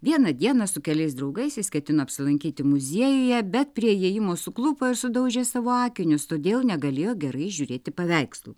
vieną dieną su keliais draugais jis ketino apsilankyti muziejuje bet prie įėjimo suklupo ir sudaužė savo akinius todėl negalėjo gerai įžiūrėti paveikslų